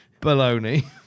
Baloney